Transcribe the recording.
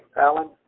Alan